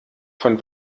von